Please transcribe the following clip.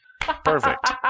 Perfect